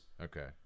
okay